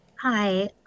Hi